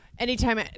Anytime